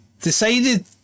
decided